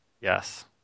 Yes